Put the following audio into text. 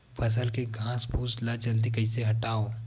फसल के घासफुस ल जल्दी कइसे हटाव?